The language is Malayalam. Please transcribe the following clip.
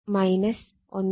അതിനാൽ 10 1